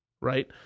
Right